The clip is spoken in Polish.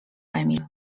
emil